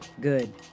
Good